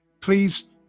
please